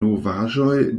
novaĵoj